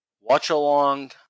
watch-along